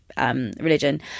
religion